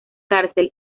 cárcel